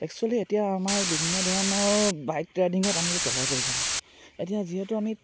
actually এতিয়া আমাৰ বিভিন্ন ধৰণৰ বাইক ৰাইডিঙত আমি এতিয়া তেলৰ প্ৰয়োজন হয় এতিয়া যিহেতু আমি